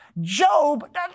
Job